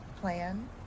plan